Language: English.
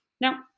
Now